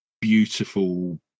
beautiful